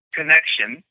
connection